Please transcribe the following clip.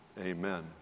Amen